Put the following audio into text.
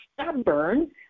stubborn